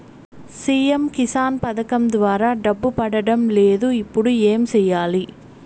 CM Kisan పథకం ద్వారా డబ్బు పడడం లేదు ఇప్పుడు ఏమి సేయాలి